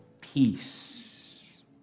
peace